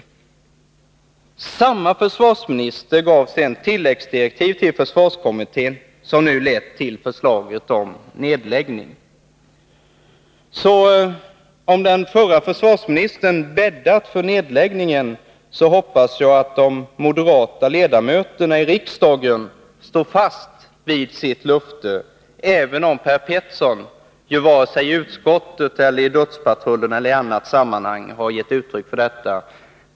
Samma försvarsminister gav sedan tilläggsdirektiv till försvarskommittén, vilka nu lett till förslaget om nedläggning. Så om den förra försvarsministern bäddat för nedläggningen, så hoppas jag de moderata ledamöterna i riksdagen står fast vid sitt vallöfte, även om Per Petersson varken i utskottet, i ”dödspatrullen” eller i annat sammanhang gett uttryck för detta.